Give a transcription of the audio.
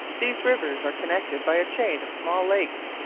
these rivers are connected by a chain of small lakes,